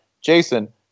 Jason